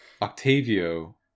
octavio